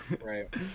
Right